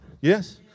Yes